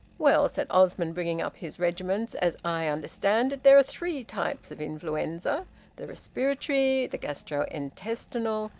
well, said osmond, bringing up his regiments, as i understand it, there are three types of influenza the respiratory, the gastro-intestinal,